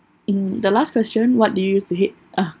in the last question what did you used to hate ah